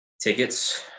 tickets